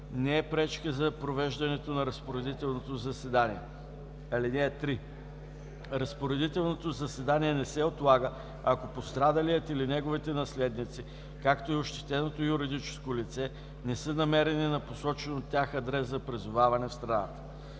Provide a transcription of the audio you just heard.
не е пречка за провеждане на разпоредителното заседание. (3) Разпоредителното заседание не се отлага, ако пострадалият или неговите наследници, както и ощетеното юридическо лице не са намерени на посочен от тях адрес за призоваване в страната.“